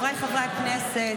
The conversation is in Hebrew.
חבריי חברי הכנסת,